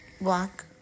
Black